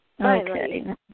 Okay